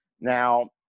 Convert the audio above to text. Now